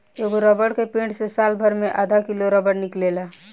एगो रबर के पेड़ से सालभर मे आधा किलो रबर निकलेला